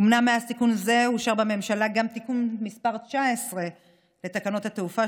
אומנם מאז תיקון זה אושר בממשלה גם תיקון 19 לתקנות תעופה,